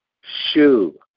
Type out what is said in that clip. shoe